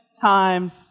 times